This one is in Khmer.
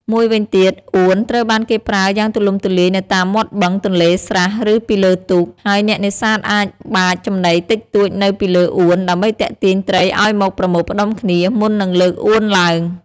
មួយវិញទៀត អួនត្រូវបានគេប្រើយ៉ាងទូលំទូលាយនៅតាមមាត់បឹង ទន្លេ ស្រះ ឬពីលើទូក ហើយអ្នកនេសាទអាចបាចចំណីតិចតួចនៅពីលើអួន ដើម្បីទាក់ទាញត្រីឲ្យមកប្រមូលផ្តុំគ្នា មុននឹងលើកអួនឡើង។